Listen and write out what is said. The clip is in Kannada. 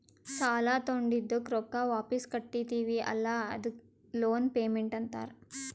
ಸಾಲಾ ತೊಂಡಿದ್ದುಕ್ ರೊಕ್ಕಾ ವಾಪಿಸ್ ಕಟ್ಟತಿವಿ ಅಲ್ಲಾ ಅದೂ ಲೋನ್ ಪೇಮೆಂಟ್ ಅಂತಾರ್